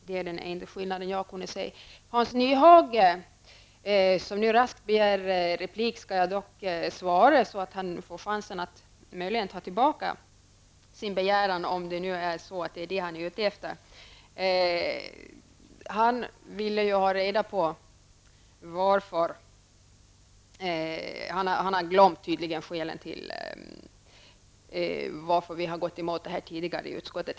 Det är den enda skillnad jag har kunnat upptäckta. Hans Nyhage, som nu raskt begär replik, skall jag svara, så att han får chansen att ta tillbaka sin begäran, om det är det han är ute efter. Han har tydligen glömt skälet till att vi i utskottet tidigare har gått emot det här.